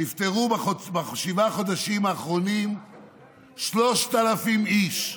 נפטרו בשבעת החודשים האחרונים 3,000 איש,